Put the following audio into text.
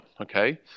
okay